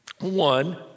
one